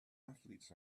athletes